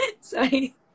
Sorry